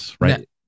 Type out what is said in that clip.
right